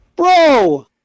Bro